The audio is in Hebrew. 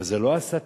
אבל זו לא הסתה.